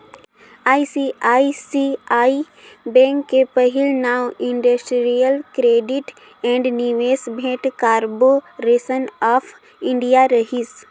ICICI bank के पहिले नांव इंडस्टिरियल क्रेडिट ऐंड निवेस भेंट कारबो रेसन आँफ इंडिया रहिस